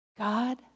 God